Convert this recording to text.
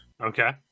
Okay